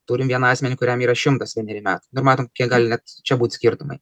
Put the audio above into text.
turim vieną asmenį kuriam yra šimtas vieneri metai nu matom kiek gali net čia būt skirtumai